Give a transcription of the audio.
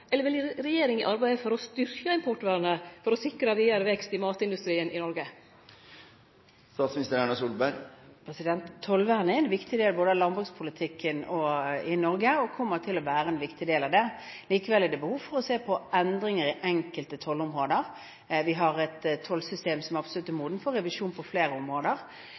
eller vil regjeringa arbeide for å styrkje importvernet for å sikre vidare vekst i matindustrien i Noreg? Tollvernet er en viktig del av landbrukspolitikken i Norge og kommer til å være en viktig del av den. Likevel er det behov for å se på endringer på enkelte tollområder. Vi har et tollsystem som absolutt er modent for revisjon på flere områder.